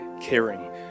caring